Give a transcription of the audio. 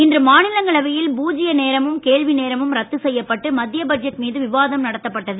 இன்று மாநிலங்களவையில் பூஜ்ய நேரமும் கேள்வி நேரமும் ரத்து செய்யப்பட்டு மத்திய பட்ஜெட் மீது விவாதம் நடத்தப்பட்டது